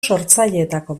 sortzaileetako